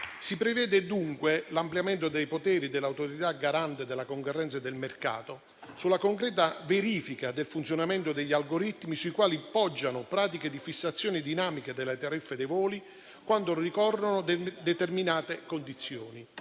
Si prevede, dunque, l'ampliamento dei poteri dell'Autorità garante della concorrenza e del mercato sulla concreta verifica del funzionamento degli algoritmi sui quali poggiano pratiche di fissazione dinamica della tariffe dei voli quando ricorrono determinate condizioni.